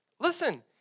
Listen